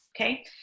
okay